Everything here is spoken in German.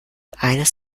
eines